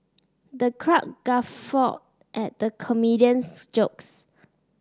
the crowd guffawed at the comedian's jokes